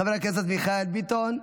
חבר הכנסת מיכאל ביטון,